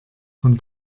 von